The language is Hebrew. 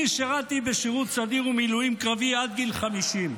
אני שירתי בשירות סדיר ומילואים קרבי עד גיל 50,